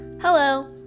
Hello